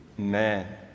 Amen